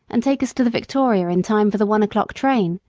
and take us to the victoria in time for the one o'clock train?